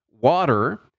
water